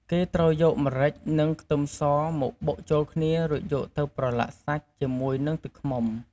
គេត្រូវយកម្រេចនិងខ្ទឹមសមកបុកចូលគ្នា រួចយកទៅប្រឡាក់សាច់ជាមួយនឹងទឹកឃ្មុំ។